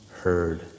heard